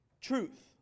truth